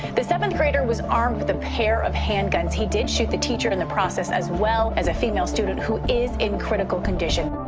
the seventh-grader was armed with a pair of handguns. he did shoot the teacher in the process as well as a female student who is in critical condition.